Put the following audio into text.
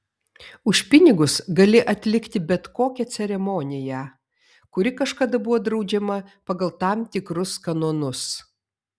už pinigus gali atlikti bet kokią ceremoniją kuri kažkada buvo draudžiama pagal tam tikrus kanonus